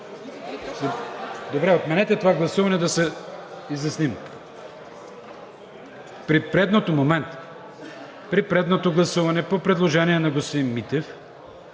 Добре, отменете това гласуване – да се изясним. Момент, при предното гласуване по предложение на господин Митев